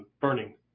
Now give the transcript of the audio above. burning